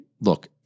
look